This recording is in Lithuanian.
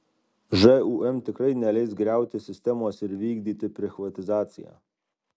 žūm tikrai neleis griauti sistemos ir vykdyti prichvatizaciją